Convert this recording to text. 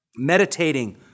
Meditating